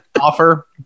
offer